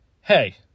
hey